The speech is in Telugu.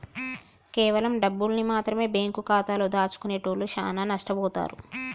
కేవలం డబ్బుల్ని మాత్రమె బ్యేంకు ఖాతాలో దాచుకునేటోల్లు చానా నట్టబోతారు